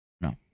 No